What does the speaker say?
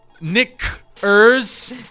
nickers